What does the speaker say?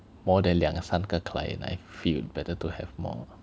more than 两三个 client I feel better to have more